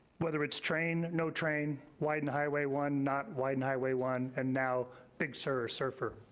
whether it's train, no train, widen highway one, not widen highway one, and now big sur serfr.